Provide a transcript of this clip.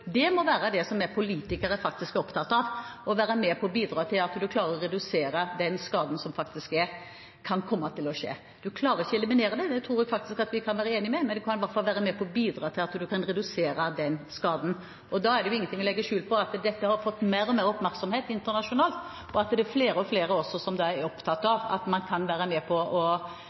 Det må være det som vi politikere faktisk er opptatt av: å være med på å bidra til at man klarer å redusere risikoen for at de skadene som faktisk skjer, kan komme til å skje. Man klarer ikke å eliminere dette, det tror jeg faktisk vi kan være enige om, men man kan i hvert fall være med på å bidra til at man kan redusere de skadene. Da er det ingenting å legge skjul på at dette har fått mer og mer oppmerksomhet internasjonalt, og at det også er flere og flere som er opptatt av at man kan være med på å